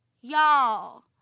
Y'all